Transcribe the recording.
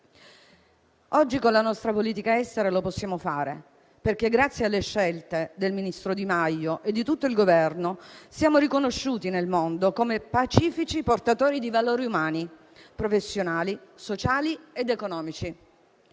Oggi con la nostra politica estera lo possiamo fare, perché grazie alle scelte del ministro Di Maio e di tutto il Governo siamo riconosciuti nel mondo come pacifici portatori di valori umani, professionali, sociali ed economici.